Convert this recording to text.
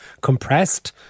compressed